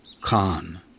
Khan